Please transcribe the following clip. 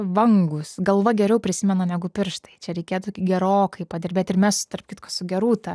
vangūs galva geriau prisimena negu pirštai čia reikėtų gerokai padirbėt ir mes tarp kitko su gerūta